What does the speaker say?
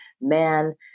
man